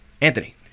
Anthony